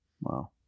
Wow